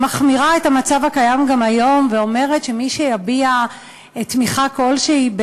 שמחמירה את המצב הקיים גם היום ואומרת שמי שיביע תמיכה כלשהי,